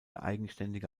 eigenständige